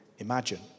Imagine